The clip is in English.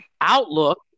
outlook